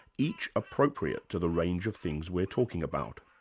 each appropriate to the range of things we're talking about.